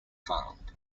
found